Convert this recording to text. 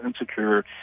insecure